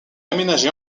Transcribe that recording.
aménagée